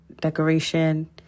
decoration